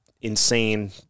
Insane